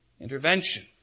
intervention